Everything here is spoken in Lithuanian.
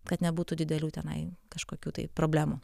kad nebūtų didelių tenai kažkokių tai problemų